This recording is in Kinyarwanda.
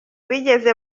bigeze